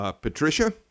Patricia